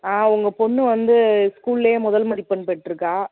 ஆ உங்கள் பொண்ணு வந்து ஸ்கூலிலே முதல் மதிப்பெண் பெற்றிருக்கா